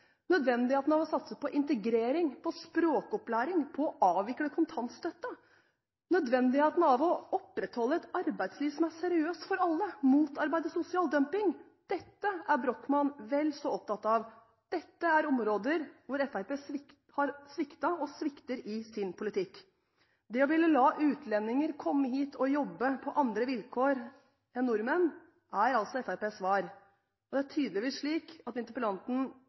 å opprettholde et arbeidsliv som er seriøst for alle, motarbeide sosial dumping. Dette er Brochmann-utvalget vel så opptatt av, og dette er områder hvor Fremskrittspartiet har sviktet – og svikter – i sin politikk. Det å ville la utlendinger komme hit og jobbe på andre vilkår enn nordmenn er altså Fremskrittspartiets svar, og det er tydeligvis slik at interpellanten